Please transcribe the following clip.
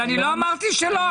לא אמרתי שלא.